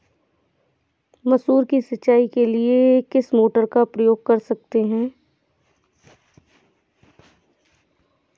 मसूर की सिंचाई के लिए किस मोटर का उपयोग कर सकते हैं?